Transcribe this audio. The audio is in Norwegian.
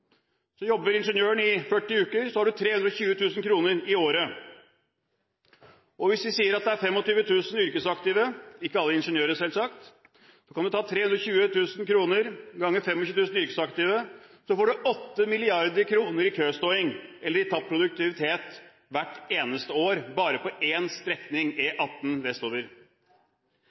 Jobber ingeniøren i 40 uker, har man 320 000 kr i året. Hvis vi sier at det er 25 000 yrkesaktive – ikke alle ingeniører, selvsagt – kan man ta 320 000 kr ganger 25 000 yrkesaktive, og da får man 8 mrd. kr i køståing, eller i tapt produktivitet, hvert eneste år bare på én strekning, E18 vestover.